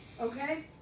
Okay